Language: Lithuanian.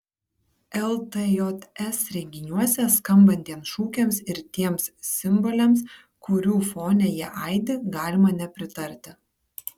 ltjs renginiuose skambantiems šūkiams ir tiems simboliams kurių fone jie aidi galima nepritarti